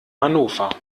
hannover